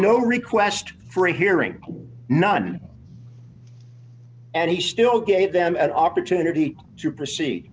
no request for a hearing none and he still gave them an opportunity to proceed